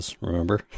Remember